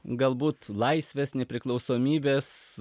galbūt laisvės nepriklausomybės